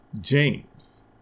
James